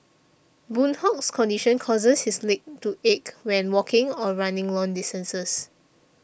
Boon Hock's condition causes his legs to ache when walking or running long distances